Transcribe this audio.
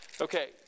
okay